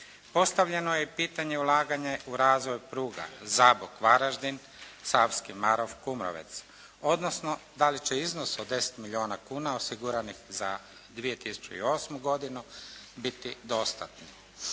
Postavljeno je pitanje ulaganja u razvoj pruga Zabok – Varaždin, Savski Marof – Kumrovec, odnosno da li će iznos od 10 milijuna kuna osiguranih za 2008. godinu biti dostatni.